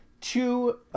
two